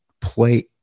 play